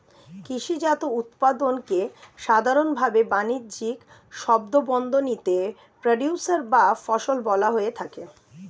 কৃষিজাত উৎপাদনকে সাধারনভাবে বানিজ্যিক শব্দবন্ধনীতে প্রোডিউসর বা ফসল বলা হয়ে থাকে